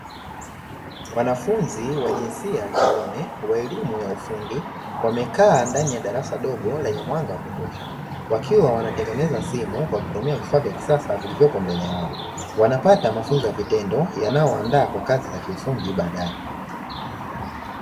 Wanafunzi wa jinsia ya kiume wa elimu ya ufundi wamekaa ndani ya darasa dogo, lenye mwanga wa kutosha, wakiwa wanatengeneza simu kwa kutumia vifaa vya kisasa vilivyoko mbele yao, wanapata mafunzo ya vitendo, yanayowaandaa kwa kazi za ufundi baadaye.